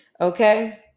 okay